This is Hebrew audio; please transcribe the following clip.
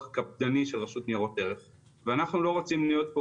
קפדני של הרשות לניירות ערך ואנחנו לא רוצים להיות פה